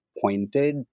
pointed